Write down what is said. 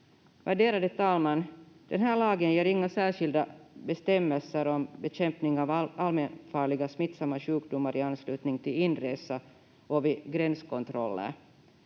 Värderade talman! Den här lagen ger inga särskilda bestämmelser om bekämpning av allmänfarliga smittsamma sjukdomar i anslutning till inresa och vid gränskontroller.